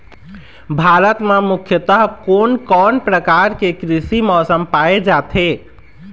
भारत म मुख्यतः कोन कौन प्रकार के कृषि मौसम पाए जाथे?